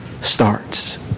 starts